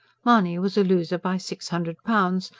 mahony was a loser by six hundred pounds,